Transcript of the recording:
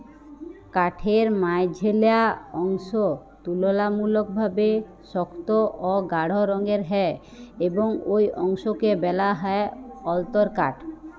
কাঠের মাইঝল্যা অংশ তুললামূলকভাবে সক্ত অ গাঢ় রঙের হ্যয় এবং ই অংশকে ব্যলা হ্যয় অল্তরকাঠ